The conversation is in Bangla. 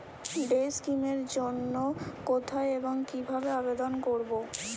ডে স্কিম এর জন্য কোথায় এবং কিভাবে আবেদন করব?